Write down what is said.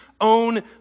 own